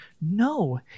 No